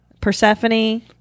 Persephone